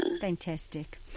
Fantastic